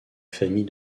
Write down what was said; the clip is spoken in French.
famille